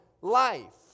life